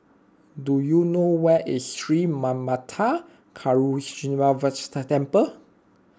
do you know where is Sri Manmatha Karuneshvarar Temple